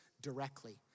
directly